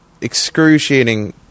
excruciating